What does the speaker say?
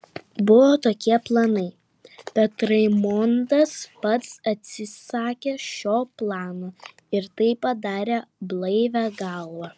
buvo tokie planai bet raimondas pats atsisakė šio plano ir tai padarė blaivia galva